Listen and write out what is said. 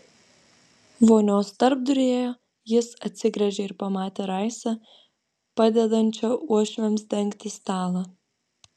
vonios tarpduryje jis atsigręžė ir pamatė raisą padedančią uošviams dengti stalą